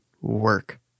work